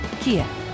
Kia